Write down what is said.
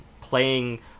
playing